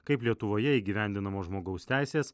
kaip lietuvoje įgyvendinamos žmogaus teisės